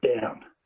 down